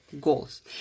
goals